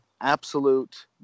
absolute